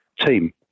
team